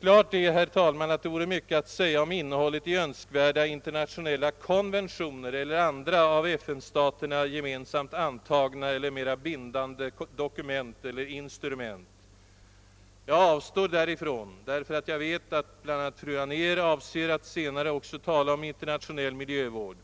Klart är, herr talman, att det vore mycket att säga om innehållet i önskvärda internationella konventioner eller andra av FN-staterna gemensamt antagna och mera bindande dokument eller instrument. Jag avstår därifrån, eftersom jag vet att bl.a. fru Anér avser att tala senare om internationell miljövård.